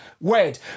word